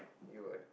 you would